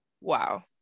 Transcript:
wow